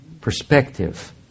perspective